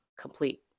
complete